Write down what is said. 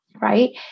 Right